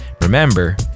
Remember